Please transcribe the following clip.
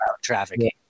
trafficking